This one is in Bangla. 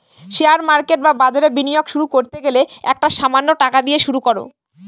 শেয়ার মার্কেট বা বাজারে বিনিয়োগ শুরু করতে গেলে একটা সামান্য টাকা দিয়ে শুরু করো